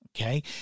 Okay